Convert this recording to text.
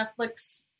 Netflix